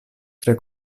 tre